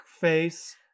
face